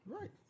Right